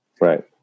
Right